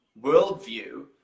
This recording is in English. worldview